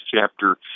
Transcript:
chapter